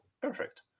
Perfect